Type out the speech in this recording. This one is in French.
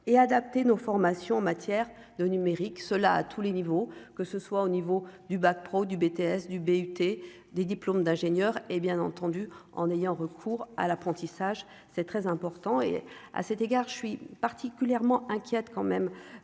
et adapter nos formations en matière de numérique cela à tous les niveaux, que ce soit au niveau du bac pro ou du BTS du bahuter des diplômes d'ingénieur et, bien entendu, en ayant recours à l'apprentissage, c'est très important et, à cet égard je suis particulièrement inquiète quand même